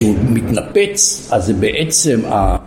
הוא מתנפץ, אז בעצם ה...